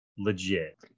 legit